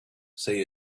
say